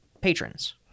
patrons